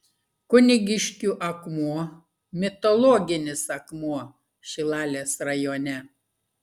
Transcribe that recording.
kunigiškių akmuo mitologinis akmuo šilalės rajone